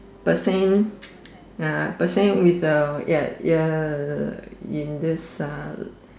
percent uh percent with a ya ya ya in this uh